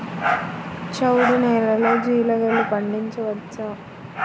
చవుడు నేలలో జీలగలు పండించవచ్చా?